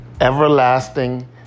everlasting